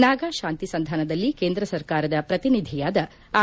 ನಾಗಾಶಾಂತಿ ಸಂಧಾನದಲ್ಲಿ ಕೇಂದ್ರ ಸರ್ಕಾರದ ಪ್ರತಿನಿಧಿಯಾದ ಆರ್